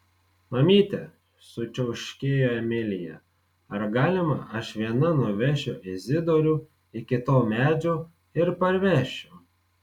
mamyte sučiauškėjo emilija ar galima aš viena nuvešiu izidorių iki to medžio ir parvešiu